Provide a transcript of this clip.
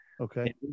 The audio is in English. Okay